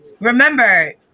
Remember